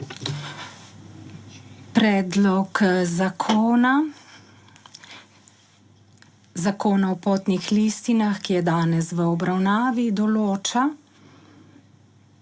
Predlog Zakona o potnih listinah, ki je danes v obravnavi določa,